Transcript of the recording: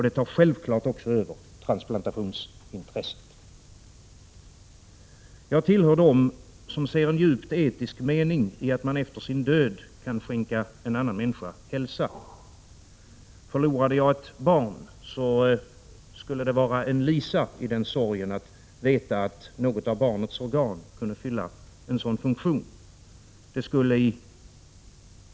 Den tar självfallet också över transplantationsintresset. Jag tillhör dem som ser en djupt etisk mening i att man efter sin död kan skänka en annan människa hälsa. Om jag förlorade ett barn skulle det vara en lisa i sorgen att veta att något av barnets organ kunde fylla en sådan funktion.